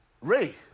Ray